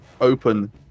open